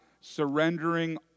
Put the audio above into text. surrendering